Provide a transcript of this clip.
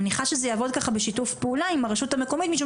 אני מניחה שזה יעבוד ככה בשיתוף פעולה עם הרשות המקומית משום